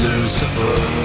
Lucifer